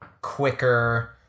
quicker